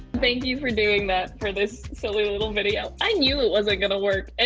thank you for doing that for this silly little video. i knew it wasn't gonna work and